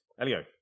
Elio